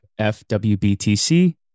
FWBTC